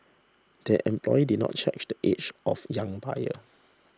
the employee did not check the age of young buyer